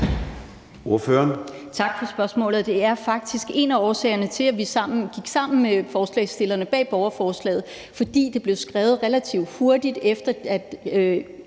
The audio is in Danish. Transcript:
Tak for spørgsmålet. Faktisk er en af årsagerne til, at vi gik sammen med forslagsstillerne bag borgerforslaget, at det blev skrevet, relativt hurtigt efter at